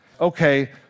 Okay